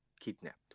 kidnapped